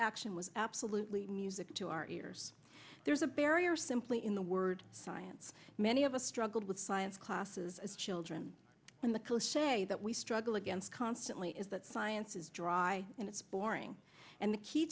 action was absolutely music to our ears there's a barrier simply in the word science many of us struggled with science classes as children and the clich that we struggle against constantly is that science is dry and it's boring and the key